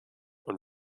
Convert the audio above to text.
und